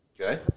okay